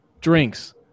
drinks